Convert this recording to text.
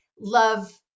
love